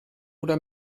oder